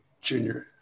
junior